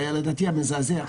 שהיה לדעתי מזעזע,